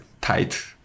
tight